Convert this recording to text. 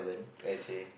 let's say